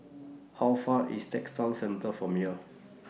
How Far IS Textile Centre from here